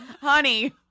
Honey